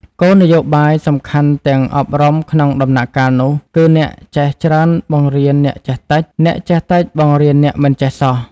គោលនយោបាយសំខាន់ខាងអប់រំក្នុងដំណាក់កាលនោះគឺ "អ្នកចេះច្រើនបង្រៀនអ្នកចេះតិច អ្នកចេះតិចបង្រៀនអ្នកមិនចេះសោះ"។